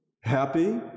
happy